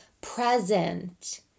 present